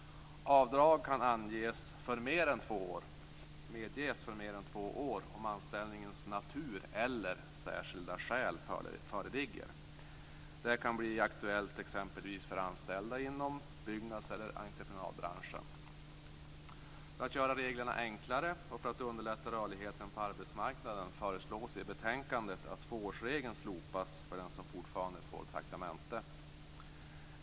Avdrag kan medges för mer än två år om "anställningens natur" eller "särskilda skäl" föreligger. Detta kan bli aktuellt för exempelvis anställda inom byggnads eller entreprenadbranschen. För att göra reglerna enklare och underlätta rörligheten på arbetsmarknaden föreslås i betänkandet att tvåårsregeln slopas för den som fortfarande får traktamente.